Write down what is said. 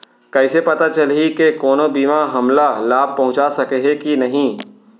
कइसे पता चलही के कोनो बीमा हमला लाभ पहूँचा सकही के नही